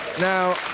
Now